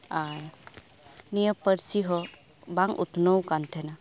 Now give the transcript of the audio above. ᱟᱨ ᱱᱤᱭᱟᱹ ᱯᱟᱹᱨᱥᱤ ᱦᱚᱸ ᱵᱟᱝ ᱩᱛᱷᱱᱟᱹᱣ ᱟᱠᱟᱱ ᱛᱟᱦᱮᱱᱟ